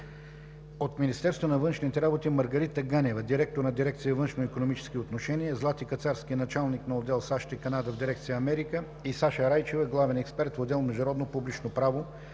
от Министерството на външните работи: Маргарита Ганева – директор на дирекция „Външноикономически отношения“, Злати Кацарски – началник на отдел „САЩ и Канада“ в дирекция „Америка“, и Саша Райчева – главен експерт в отдел „Международно публично право“